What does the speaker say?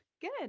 Good